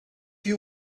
you